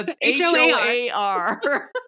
H-O-A-R